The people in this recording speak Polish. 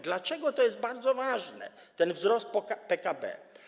Dlaczego to jest bardzo ważne, ten wzrost PKB?